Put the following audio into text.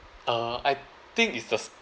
uh I think is the